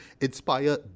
inspire